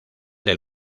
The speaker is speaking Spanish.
del